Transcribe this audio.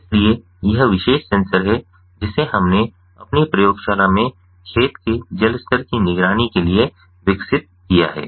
इसलिए यह विशेष सेंसर है जिसे हमने अपनी प्रयोगशाला में खेत के जल स्तर की निगरानी के लिए विकसित किया है